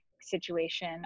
situation